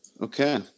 Okay